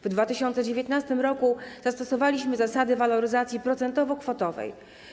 W 2019 r. zastosowaliśmy zasady waloryzacji procentowo-kwotowej.